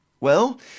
Well